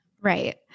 Right